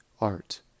Art